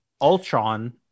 ultron